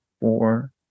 four